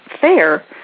fair